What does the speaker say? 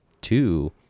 Two